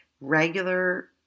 regular